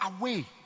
away